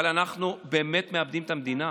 אבל אנחנו באמת מאבדים את המדינה.